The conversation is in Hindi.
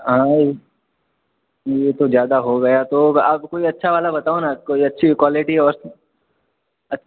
हाँ ये तो ज़्यादा हो गया तो आप कोई अच्छा वाला बताओ ना कोई अच्छी क्वॉलिटी और अच्छा